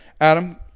Adam